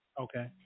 Okay